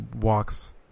walks